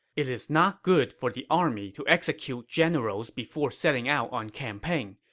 it is not good for the army to execute generals before setting out on campaign.